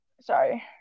sorry